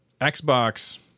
Xbox